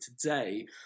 today